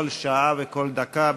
כל שעה וכל דקה,